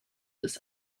this